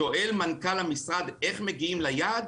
שואל מנכ"ל המשרד איך מגיעים ליעד,